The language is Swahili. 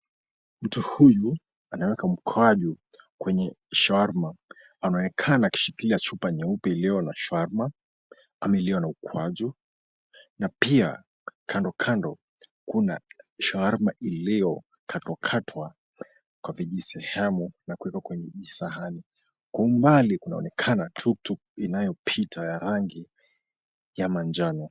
Mtu huyu anaweka mkwaju kwenye shawarma. Anaonekana akishikilia chupa nyeupe iliyo na shawarma. Ameliona ukwaju na pia kandokando kuna shawarma iliyo katokatwa kwa vijisehemu na kuwekwa kwenye jisahani. Kwa mbali kunaonekana tuktuk inayopita ya rangi ya manjano.